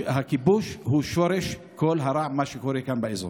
הכיבוש הוא שורש כל הרע, מה שקורה כאן באזור.